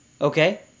okay